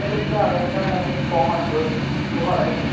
ते तुमचे आधार कार्ड आणि एक फॉम असतो आहे तो भरायचा